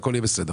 הכול יהיה בסדר.